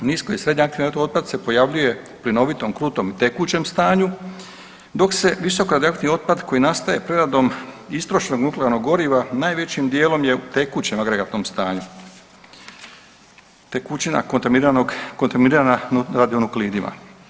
Nisko i srednje radioaktivni otpad se pojavljuje u plinovitom, krutom i tekućem stanju, dok se visoko radioaktivni otpad koji nastaje preradom istrošenog nuklearnog goriva najvećim dijelom je u tekućem agregatnom stanju, tekućina kontaminirana radionukleidima.